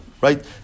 right